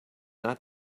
not